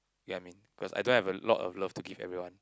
get what I mean cause I don't have a lot of love to give everyone